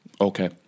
Okay